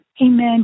Amen